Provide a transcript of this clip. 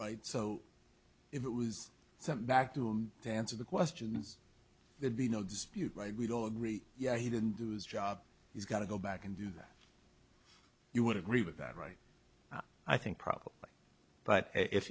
so it was something back to him to answer the questions there'd be no dispute we'd all agree yeah he didn't do his job he's got to go back and do that you would agree with that right i think probably but if